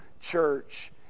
church